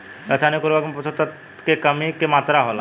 रसायनिक उर्वरक में पोषक तत्व के की मात्रा होला?